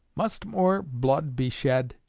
must more blood be shed?